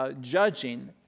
judging